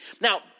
Now